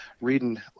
reading